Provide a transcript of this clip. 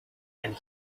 and